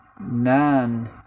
None